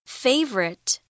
Favorite